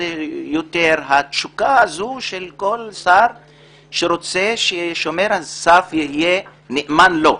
התשוקה של כל שר שרוצה ששומר הסף יהיה נאמן לו,